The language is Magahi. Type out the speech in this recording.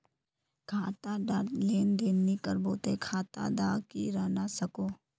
खाता डात लेन देन नि करबो ते खाता दा की रहना सकोहो?